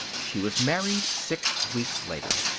she was married six weeks later.